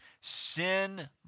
Sin